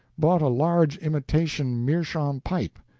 bought a large imitation meerschaum pipe,